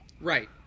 Right